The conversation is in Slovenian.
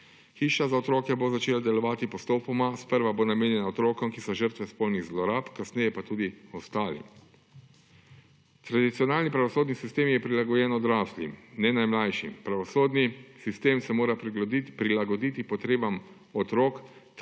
Hiša za otroke bo začela delovati postopoma. Sprva bo namenjena otrokom, ki so žrtve spolnih zlorab, kasneje pa tudi ostalim. Tradicionalni pravosodni sistem je prilagojen odraslim, ne najmlajšim. Pravosodni sistem se mora prilagoditi potrebam otrok